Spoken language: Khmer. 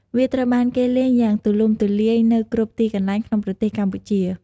វាត្រូវបានគេលេងយ៉ាងទូលំទូលាយនៅគ្រប់ទីកន្លែងក្នុងប្រទេសកម្ពុជា។